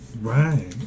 Right